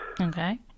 okay